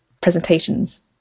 presentations